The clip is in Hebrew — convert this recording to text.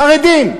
חרדים,